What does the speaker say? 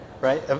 Right